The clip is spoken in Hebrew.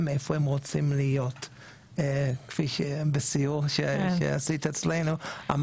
איפה הם רוצים להיות כפי שהיה בסיור שעשית אצלנו.